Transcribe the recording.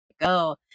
go